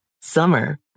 Summer